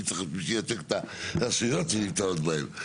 צריך מישהו שייצג את הרשויות שהן נמצאות בהן.